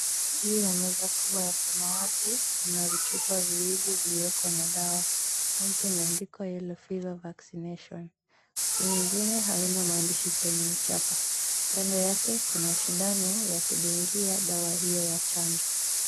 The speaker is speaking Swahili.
Juu ya meza kubwa ya samawati kuna vichupa viwili vilioko na dawa. Moja imeandikwa Yellow Fever Vaccination, hii ingine haina maandishi kwenye chapa. Kando yake kuna sindano ya kudungia dawa hiyo ya chanjo.